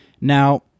Now